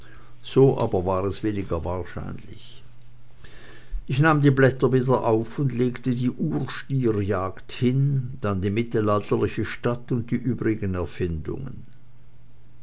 so aber war es weniger wahrscheinlich ich nahm die blätter wieder auf und legte die urstierjagd hin dann die mittelalterliche stadt und die übrigen erfindungen